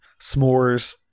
s'mores